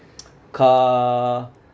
car